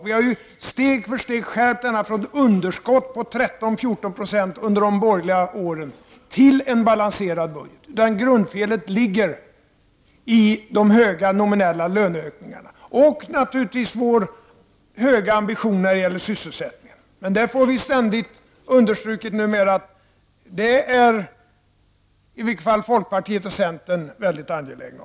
Vi har ju steg för steg skärpt denna från ett underskott på 13—14 96 under de borgerliga åren till en balanserad budget. Grundfelet ligger i de höga nominella löneökningarna och naturligtvis i vår höga ambition på sysselsättningsområdet. Åtminstone folkpartiet och centern är mycket angelägna om att understryka detta.